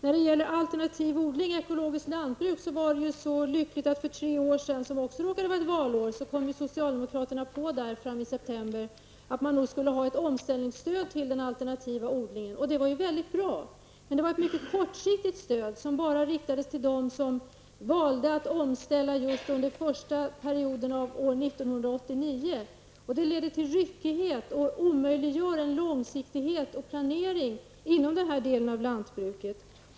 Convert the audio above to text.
I fråga om alternativ odling och ekologiskt lantbruk var det så lyckligt att för tre år sedan -- då det också råkade vara valår -- kom socialdemokraterna på i september att man skulle införa ett omställningsstöd till den alternativa odlingen. Det var väldigt bra, men det var ett mycket kortsiktigt stöd som riktades bara till dem som valde att omställa just under första perioden 1989. Det ledde till en ryckighet som omöjliggjorde en långsiktig planering inom denna del av lantbruket.